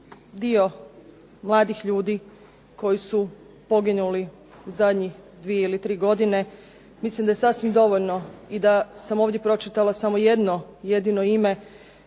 dio mladih ljudi koji su poginuli u zadnjih 2 ili 3 godine. Mislim da je sasvim dovoljno i da sam ovdje pročitala samo jedno jedino ime